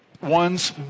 one's